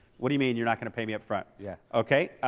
what do you mean, you're not going to pay me up front? yeah. okay.